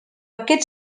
aquest